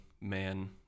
man